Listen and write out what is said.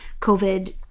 COVID